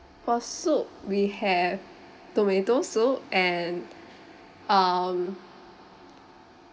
for soup we have tomato soup and um